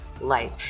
life